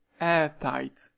airtight